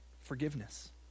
Forgiveness